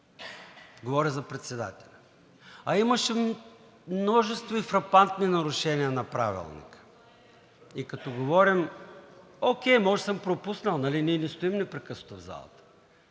Говоря за председателя. А имаше множество и фрапантни нарушения на Правилника. Окей, може да съм пропуснал, нали, ние не стоим непрекъснато в залата.